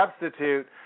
substitute